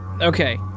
Okay